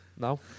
No